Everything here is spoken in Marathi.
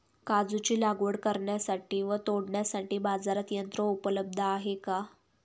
काजूची लागवड करण्यासाठी व तोडण्यासाठी बाजारात यंत्र उपलब्ध आहे का?